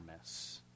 mess